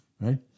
right